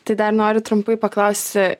tai dar noriu trumpai paklausti